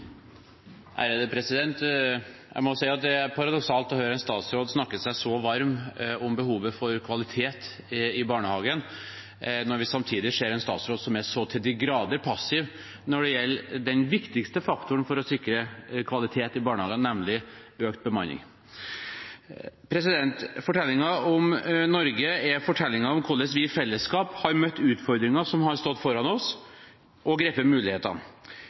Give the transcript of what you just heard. Jeg må si at det er paradoksalt å høre en statsråd snakke seg så varm om behovet for kvalitet i barnehagen, når vi samtidig ser en statsråd som er så til de grader passiv når det gjelder den viktigste faktoren for å sikre kvalitet i barnehagen, nemlig økt bemanning. Fortellingen om Norge er fortellingen om hvordan vi i fellesskap har møtt utfordringer som har stått foran oss, og grepet mulighetene.